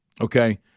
Okay